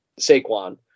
Saquon